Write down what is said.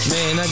Man